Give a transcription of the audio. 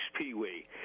Pee-wee